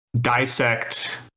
dissect